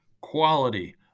quality